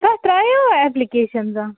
تۄہہِ ترٛایوا ایپلِکیٛشن زانٛہہ